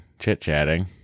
chit-chatting